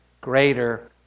greater